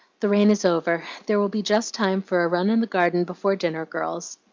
the rain is over there will be just time for a run in the garden before dinner, girls.